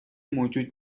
موجود